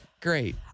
great